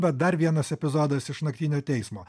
bet dar vienas epizodas iš naktinio teismo